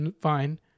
fine